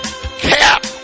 cap